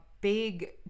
big